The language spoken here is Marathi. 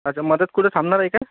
अच्छा मध्यात कुठे थांबणार आहे का